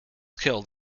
killed